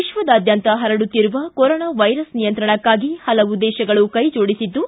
ವಿಕ್ವದಾದ್ಯಂತ ಪರಡುತ್ತಿರುವ corona virus ನಿಯಂತ್ರಣಕ್ಕಾಗಿ ಪಲವು ದೇಶಗಳು ಕೈಜೋಡಿಸಿದ್ದು